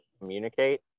communicate